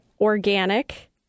organic